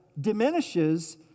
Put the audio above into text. diminishes